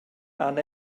han